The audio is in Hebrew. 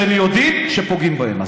שהם יודעים שפוגעות בהם.